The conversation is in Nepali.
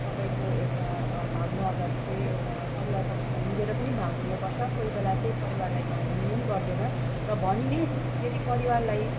तपाईँको एउटा भाग्न अगाडि चाहिँ परिवार पक्षसँग पनि मिलेर भाग्ने गर्छ कोहीबेला चाहिँ परिवारलाई भन्ने पनि गर्दैन र भनिने यदि परिवारलाई